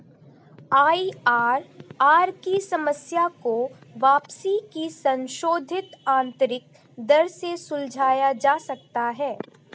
IRR की समस्या को वापसी की संशोधित आंतरिक दर से सुलझाया जा सकता है